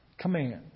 command